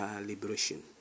liberation